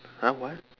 !huh! what